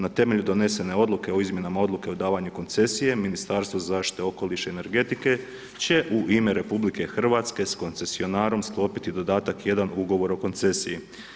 Na temelju donošene odluke o izmjenama odluke o davanju koncesije, Ministarstvo zaštite okoliša i energetike će u ime RH sa koncesionarom sklopiti dodatak 1 ugovor o koncesiji.